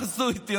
תעשו איתי,